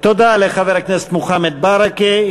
תודה לחבר הכנסת מוחמד ברכה.